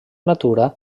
natura